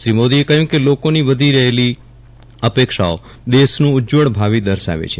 શ્રી મોદીએ કહ્યું કે લોકોની વધી રહેલી અપેક્ષાઓ દેશનું ઉજજવળ ભાવી દર્શાવે છે